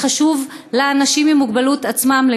זה חשוב לאנשים עם מוגבלות עצמם,